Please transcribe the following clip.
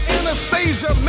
Anastasia